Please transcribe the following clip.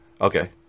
Okay